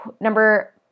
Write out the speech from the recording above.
number